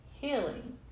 healing